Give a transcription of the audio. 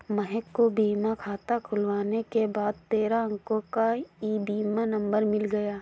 महक को बीमा खाता खुलने के बाद तेरह अंको का ई बीमा नंबर मिल गया